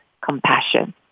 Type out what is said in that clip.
compassion